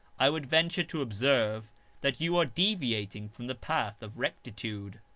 i would venture to observe that you are deviating from the path of rectitude.